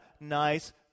nice